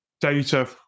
data